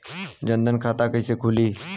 जनधन खाता कइसे खुली?